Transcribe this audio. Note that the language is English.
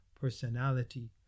personality